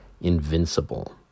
Invincible